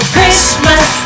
Christmas